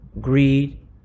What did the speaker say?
greed